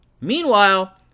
Meanwhile